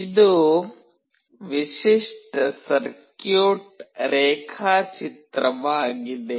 ಇದು ವಿಶಿಷ್ಟ ಸರ್ಕ್ಯೂಟ್ ರೇಖಾಚಿತ್ರವಾಗಿದೆ